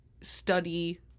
study